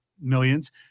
Millions